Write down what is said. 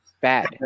bad